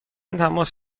تماس